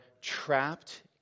trapped